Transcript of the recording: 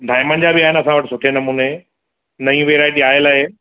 diamond जा बि आहिनि असां वटि सुठे नमूने नई वैराइटी आयल आहे